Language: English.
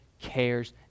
cares